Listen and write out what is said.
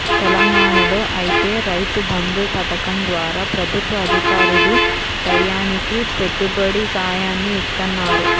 తెలంగాణాలో ఐతే రైతు బంధు పథకం ద్వారా ప్రభుత్వ అధికారులు టైయ్యానికి పెట్టుబడి సాయాన్ని ఇత్తన్నారు